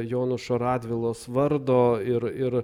jonušo radvilos vardo ir ir